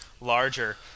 larger